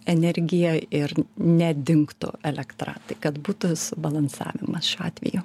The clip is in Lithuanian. energija ir nedingtų elektra tai kad būtų subalansavimas šiuo atveju